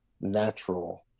natural